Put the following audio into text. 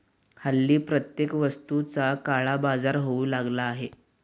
हल्ली प्रत्येक वस्तूचा काळाबाजार होऊ लागला आहे